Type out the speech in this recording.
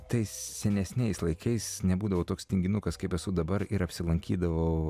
tai senesniais laikais nebūdavau toks tinginukas kaip esu dabar ir apsilankydavau